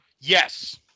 Yes